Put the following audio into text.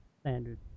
standard